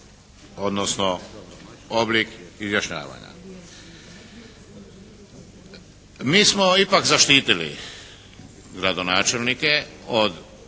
odnosno oblik izjašnjavanja. Mi smo ipak zaštitili gradonačelnike od